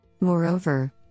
Moreover